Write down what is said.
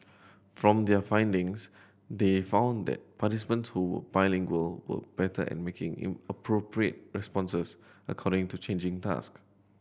from their findings they found that participants who were bilingual were better at making in appropriate responses according to changing task